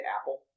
Apple